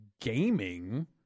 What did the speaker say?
gaming